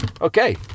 okay